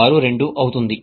1462 అవుతుంది